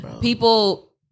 people